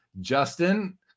Justin